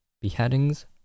Beheadings